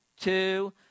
Two